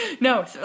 No